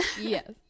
Yes